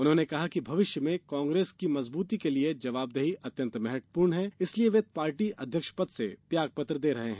उन्होंने कहा है कि भविष्य में कांग्रेस की मजबूती के लिए जवाबदेही अत्यंत महत्वपूर्ण है इसीलिए वे पार्टी अध्यक्ष पद से त्याग पत्र दे रहे हैं